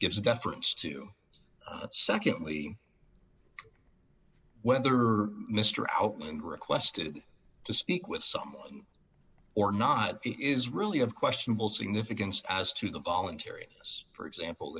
gives deference to secondly whether mr outmanned requested to speak with someone or not is really of questionable significance as to the voluntariness for example